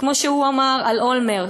כמו שהוא אמר על אולמרט,